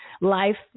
life